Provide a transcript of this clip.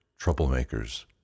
troublemakers